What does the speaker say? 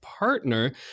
partner